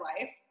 life